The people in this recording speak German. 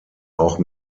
auch